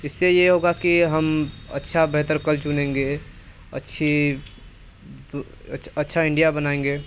इससे यह होगा कि हम अच्छा बेहतर कल चुनेंगे अच्छी अच्छा इंडिया बनाएंगे